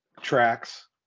tracks